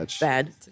bad